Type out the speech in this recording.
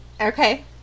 Okay